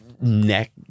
neck